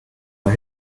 mal